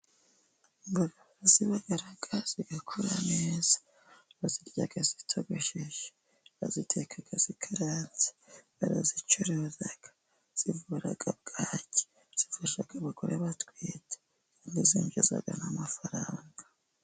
Imboga urazibagara zigakura. Bazirya zitogosheje, baziteka zikaranze, barazicuruza, zivura bwaki, zifasha abagore batwite, imboga zinjiza n'amafaranga.